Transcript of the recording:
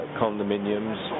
condominiums